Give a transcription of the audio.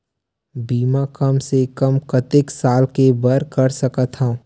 बीमा कम से कम कतेक साल के बर कर सकत हव?